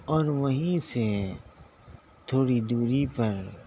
اور وہیں سے تھوڑی دوری پر